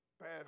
bad